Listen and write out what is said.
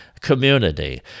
community